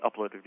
uploaded